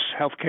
healthcare